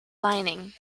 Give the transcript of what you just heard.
lining